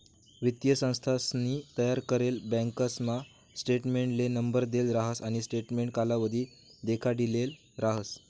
वित्तीय संस्थानसनी तयार करेल बँकासना स्टेटमेंटले नंबर देल राहस आणि स्टेटमेंट कालावधी देखाडिदेल राहस